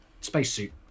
spacesuit